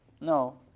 No